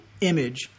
image